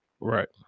Right